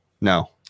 No